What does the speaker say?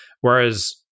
Whereas